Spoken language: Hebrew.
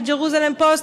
של ג'רוזלם פוסט,